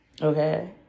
Okay